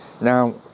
Now